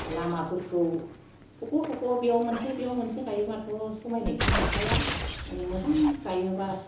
लामाफोरखौ थख' थख' बेयाव मोनसे बेयाव मोनसे गायोबाथ' समायनायखौ नुखाया माने मोजां गायोब्ला